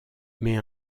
mais